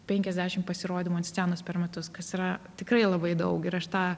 penkiasdešim pasirodymų ant scenos per metus kas yra tikrai labai daug ir aš tą